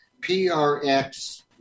PRX